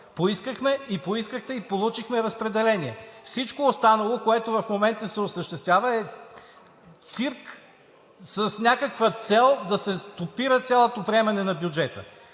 Поискахме и поискахте, и получихме разпределение. Всичко останало, което в момента се осъществява, е цирк с някаква цел да се стопира цялото приемане на бюджета.